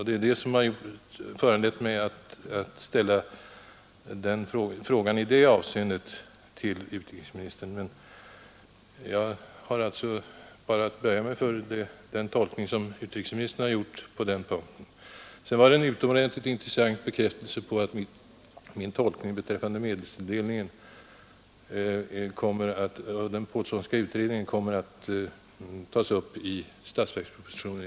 Det är detta som föranlett mig att ställa min tolkningsfråga till utrikesministern. Men jag har alltså nu bara att konstatera den tolkning som utrikesministern har gjort på denna punkt. Sedan var det en intressant bekräftelse som utrikesministern lämnade att min tolkning av svaret beträffande medelstilldelningen var korrekt och att ställning till den Pålssonska utredningen alltså kommer att tas i statsverkspropositionen.